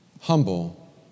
humble